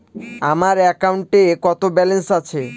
আমার অ্যাকাউন্টে কত ব্যালেন্স আছে?